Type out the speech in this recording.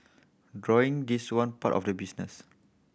drawing is one part of the business